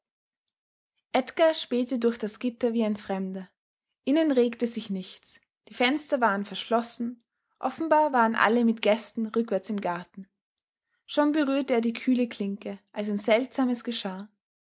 edgar spähte durch das gitter wie ein fremder innen regte sich nichts die fenster waren verschlossen offenbar waren alle mit gästen rückwärts im garten schon berührte er die kühle klinke als ein seltsames geschah